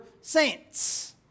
saints